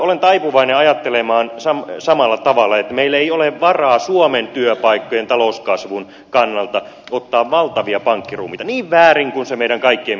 olen taipuvainen ajattelemaan samalla tavalla että meillä ei ole varaa suomen työpaikkojen talouskasvun kannalta ottaa valtavia pankkiruumiita niin väärin kuin se meidän kaikkien mielestä onkin